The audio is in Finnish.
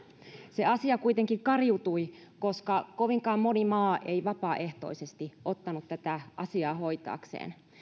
se asia kuitenkin kariutui koska kovinkaan moni maa ei vapaaehtoisesti ottanut tätä asiaa hoitaakseen